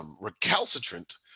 recalcitrant